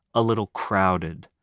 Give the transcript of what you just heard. a little crowded,